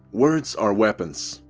words are weapons.